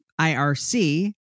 IRC